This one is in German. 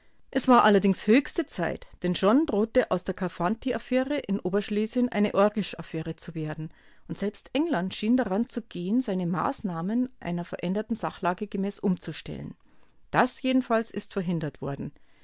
es war allerdings höchste zeit denn schon drohte aus der korfanty-affäre in oberschlesien eine orgesch-affäre zu werden und selbst england schien daran zu gehen seine maßnahmen einer veränderten sachlage gemäß umzustellen das jedenfalls ist verhindert worden